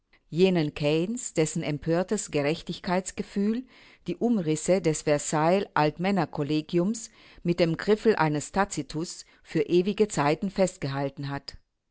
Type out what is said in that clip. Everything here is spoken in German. jenen keynes dessen empörtes gerechtigkeitsgefühl die umrisse des versailler altmännerkollegiums mit dem griffel eines tacitus für ewige zeiten festgehalten hat